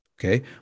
Okay